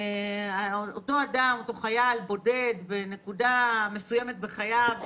אותו חייל בודד בנקודה מסוימת בחייו,